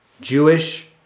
Jewish